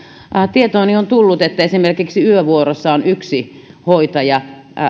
tietooni on tullut että esimerkiksi yövuorossa on yksi hoitaja